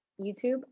YouTube